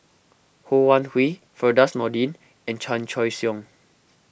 Ho Wan Hui Firdaus Nordin and Chan Choy Siong